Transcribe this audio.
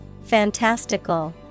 Fantastical